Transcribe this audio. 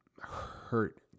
hurt